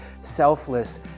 selfless